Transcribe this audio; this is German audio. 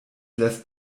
lässt